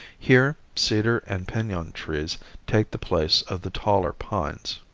here cedar and pinon trees take the place of the taller pines.